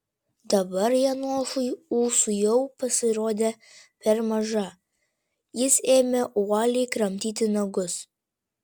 dabar janošui ūsų jau pasirodė per maža jis ėmė uoliai kramtyti nagus